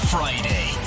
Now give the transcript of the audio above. Friday